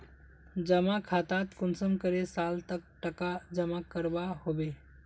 जमा खातात कुंसम करे साल तक टका जमा करवा होबे?